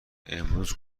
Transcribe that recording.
امروز